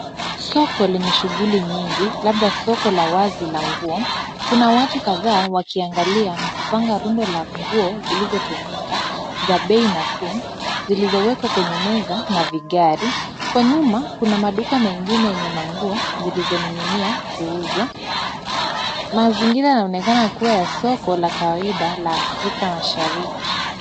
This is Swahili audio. Soko lenye shughuli nyingi labda soko la wazi la nguo, kuna watu kadhaa wakiangalia na kupanga rundo la manguo zilizotumika za bei nafuu zilizowekwa kwenye meza na vigari. Kwa nyuma kuna maduka mengine yenye manguo zilizoning'inia kuuzwa. Mazingira yanaonekana kuwa ya soko la kawaida la Afrika mashariki.